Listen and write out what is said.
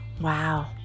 Wow